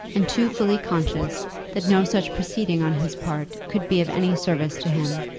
and too fully conscious that no such proceeding on his part could be of any service to him.